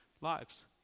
lives